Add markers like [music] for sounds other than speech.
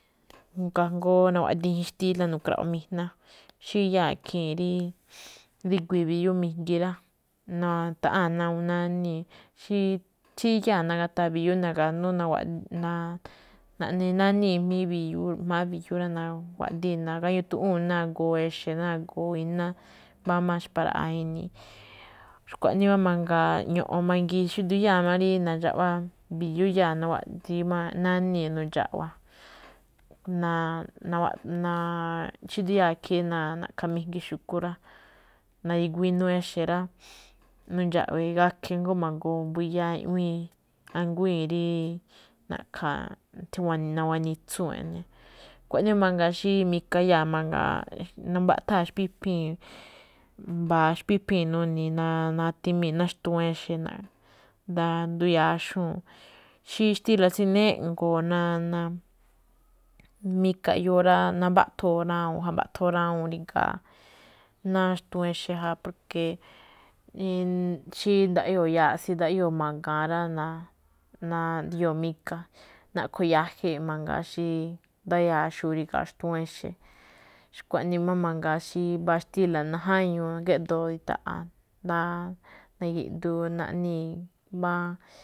Kajngó nawaꞌdiin i̱jín xtílá narka̱ꞌo mijná, xí iyáa̱ ikhii̱n rí, rígu mbi̱yú mijngi rá. Na̱ta̱ꞌáa̱n ná awúun nánii̱, tsí-tsíyáa̱ nagataa mbi̱yú na̱ga̱nú nawaꞌdii̱n, naꞌne naníi̱ ga̱jma̱á mbi̱yú rá, naguaꞌdii̱ nagáñútuꞌúu̱n ná agoo exe̱ ná agoo iná mbámbáa ixpátraꞌaa ini̱i̱. Xkuaꞌii máꞌ mangaa ño̱ꞌo̱n mangiin, xí ndiyáa̱ má rí nandxaꞌwá, mbi̱yú iyáa̱ nawaꞌdii̱ má nánii̱ nundxa̱ꞌwa̱. [hesitation] xí ndiyáa̱ ikhii̱n rí na̱ꞌkha̱ mijngi xu̱kú rá, na̱ri̱guii̱ inuu exe̱ rá, nu̱ndxa̱ꞌwe̱e̱ gakhe̱ rá, jngó ma̱goo mbuyáá iꞌwíin, a̱nguíi̱n rí na̱ꞌkha̱ tsí ma̱wa̱nitsúu̱n eꞌne. Xkuaꞌnii máꞌ mangaa, xi mika iyáa̱ mangaa na̱mba̱ꞌthaa̱ xpípii̱n, mba̱a̱ xpípii̱n nuni̱i̱ natimii̱ ná xtuun exe̱, nduya̱a̱ xu̱únꞌ. Xí xtíla̱ tsí neꞌngo̱o̱, [hesitation] mika eꞌyoo rá, nambaꞌthoo̱ rá, ja̱mba̱ꞌthoo rawuu̱n ri̱gaa̱, ná xtuun exe̱ jaboo̱. [hesitation] xí ndaꞌyoo̱ yaꞌsi, ndaꞌyoo̱ ma̱ga̱a̱n rá, ndaꞌyoo̱ mika. Naꞌkho̱ ya̱je̱e̱ mangaa xí, ndayáa̱ xu̱u̱ꞌ ríga̱a̱ xtuun exe̱. Xkuaꞌnii máꞌ mangaa xí mbáa xtíla̱ najáñuu geꞌdoo ndi̱ta̱ꞌa̱, [hesitation] nagi̱ꞌdu̱u̱ naꞌnii̱ mbá.